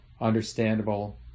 understandable